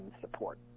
support